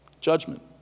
Judgment